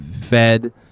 fed